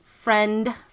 friend